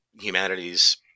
humanities